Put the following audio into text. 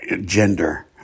gender